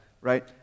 Right